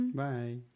bye